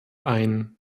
ein